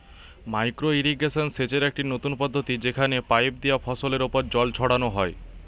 micro irrigation সেচের একটি নতুন পদ্ধতি যেখানে পাইপ দিয়া ফসলের ওপর জল ছড়ানো হয়